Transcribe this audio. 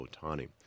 Otani